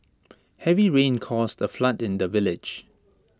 heavy rains caused A flood in the village